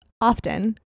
often